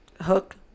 Hook